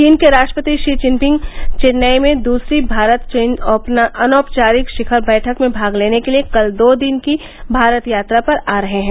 चीन के राष्ट्रपति शी चिनफिंग चेन्नई में दूसरी भारत चीन अनौपचारिक शिखर बैठक में भाग लेने के लिए कल दो दिन की भारत यात्रा पर आ रहे हैं